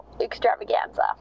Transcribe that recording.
extravaganza